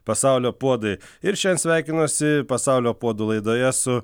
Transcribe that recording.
pasaulio puodai ir šiandien sveikinasi pasaulio puodų laidoje su